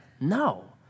No